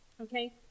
Okay